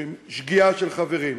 שגיאה של חברים.